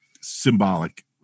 Symbolic